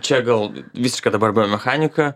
čia gal visiška dabar biomechanika